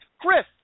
Chris